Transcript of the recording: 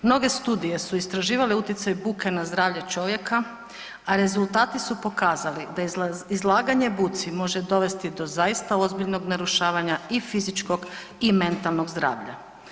Mnoge studije su istraživale utjecaj buke na zdravlje čovjeka, a rezultati su pokazali bez, izlaganje buci može dovesti do zaista ozbiljnog narušavanja i fizičkog i mentalnog zdravlja.